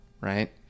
Right